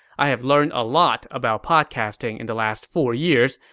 i've learned a lot about podcasting in the last four years,